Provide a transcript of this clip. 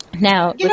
Now